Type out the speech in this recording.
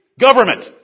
government